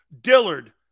Dillard